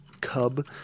cub